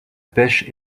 pêche